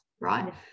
right